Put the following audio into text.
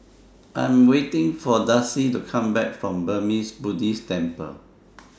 I Am waiting For Darcie to Come Back from Burmese Buddhist Temple